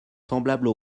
semblables